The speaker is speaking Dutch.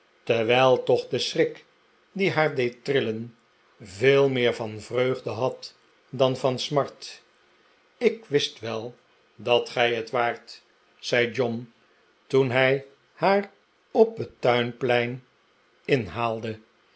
terwijl toch de schrik die haar deed trillen veel meer van vreugde had dan van smart ik wist wel dat gij het waart zei john toen hij haar op het tuinplein inhaalde